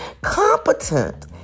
Competent